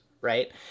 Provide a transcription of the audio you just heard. right